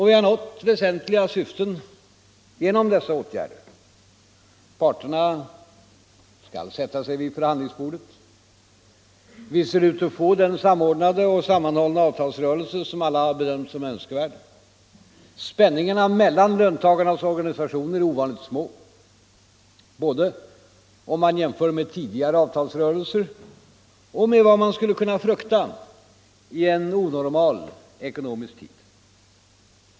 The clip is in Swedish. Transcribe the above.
Vi har nått väsentliga syften genom dessa åtgärder. Parterna skall sätta sig vid förhandlingsbordet. Vi ser ut att få den samordnade och sammanhållna avtalsrörelse som alla har bedömt som önskvärd. Spänningarna mellan löntagarnas organisationer är ovanligt små, både om man jämför med tidigare avtalsrörelser och med vad man skulle kunna frukta i en onormal ekonomisk tid.